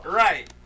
right